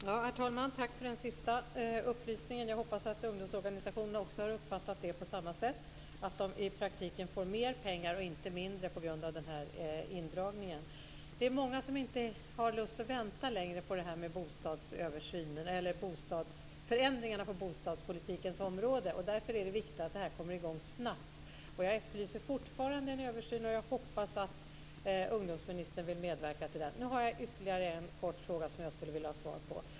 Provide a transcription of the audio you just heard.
Herr talman! Tack för den sista upplysningen. Jag hoppas att också ungdomsorganisationerna har uppfattat det på samma sätt, att de i praktiken får mer pengar och inte mindre på grund av indragningen. Det är många som inte har lust att vänta längre på förändringarna på bostadspolitikens område. Därför är det viktigt att man kommer i gång snabbt. Jag efterlyser fortfarande en översyn, och jag hoppas att ungdomsministern vill medverka till den. Jag har ytterligare en kort fråga som jag skulle vilja ha svar på.